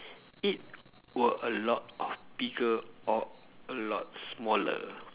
it were a lot bigger or a lot smaller